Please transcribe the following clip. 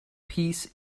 peace